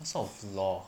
sort of law